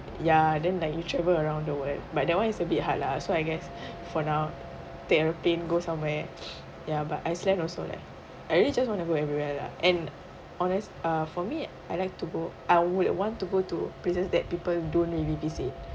ya then like you travel around the world but that one is a bit hard lah so I guess for now take aeroplane go somewhere ya but iceland also like I really just want to go everywhere lah and honest uh for me I like to go I would want to go to places that people don't really visit